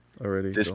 already